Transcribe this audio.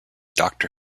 doctor